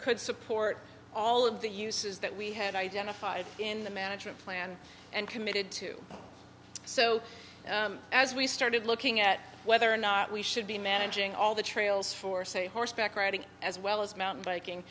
could support all of the uses that we had identified in the management plan and committed to so as we started looking at whether or not we should be managing all the trails for say horseback riding as well as mountain biking